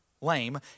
lame